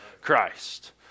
Christ